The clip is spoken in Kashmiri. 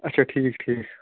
اچھا ٹھیٖک ٹھیٖک